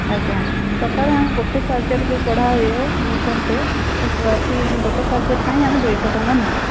ଆଜ୍ଞା ସକାଳେ ଆମେ ଗୋଟେ ସବଜେକ୍ଟ ଯୋଉ ପଢ଼ା ହୁଏ ଘଣ୍ଟେ ପ୍ରତି ଗୋଟେ ସବଜେକ୍ଟ ପାଇଁ ଆମେ ଦୁଉ ଶହ ଟଙ୍କା ନେଉ